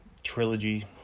trilogy